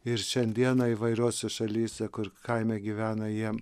ir šiandieną įvairiose šalyse kur kaime gyvena jiem